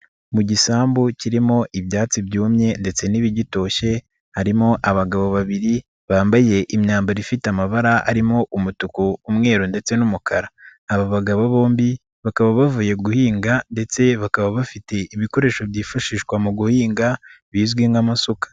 Mu gisambu kirimo ibyatsi byumye ndetse n'ibigitoshye harimo abagabo babiri bambaye imyambaro ifite amabara arimo umutuku, umweru ndetse n'umukara, aba bagabo bombi bakaba bavuye guhinga ndetse bakaba bafite ibikoresho byifashishwa mu guhinga bizwi nk'amasuka.